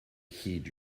heed